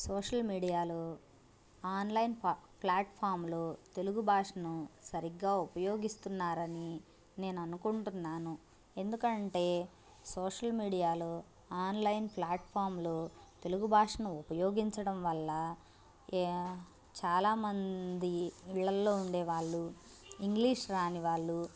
social మీడియాలో online ప్లాట్ఫామ్లో తెలుగు భాషను సరిగ్గా ఉపయోగిస్తున్నారని నేను అనుకుంటున్నాను ఎందుకు అంటే సోషల్ మీడియాలో ఆన్లైన్ ప్లాట్ఫామ్లో తెలుగు భాషను ఉపయోగించడం వల్ల చాలా మంది ఇళ్ళల్లో ఉండే వాళ్లు ఇంగ్లీష్ రాని వాళ్లు